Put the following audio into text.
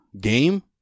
game